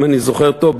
אם אני זוכר טוב,